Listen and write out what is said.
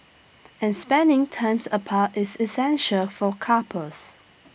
and spending times apart is essential for couples